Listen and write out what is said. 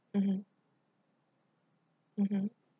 mmhmm mmhmm